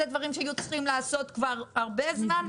אלה דברים שהיו צריכים לעשות כבר לפני הרבה זמן.